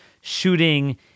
shooting